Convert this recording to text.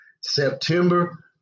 September